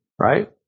right